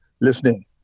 listening